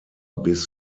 bis